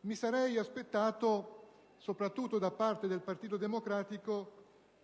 mi sarei aspettato, soprattutto da parte del Partito Democratico,